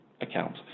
account